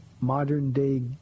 modern-day